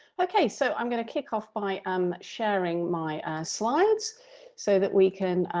okay, so i'm going to kick off by um sharing my slides so that we can